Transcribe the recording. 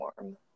warm